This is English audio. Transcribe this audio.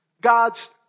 God's